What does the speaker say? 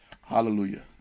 Hallelujah